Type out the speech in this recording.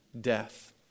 death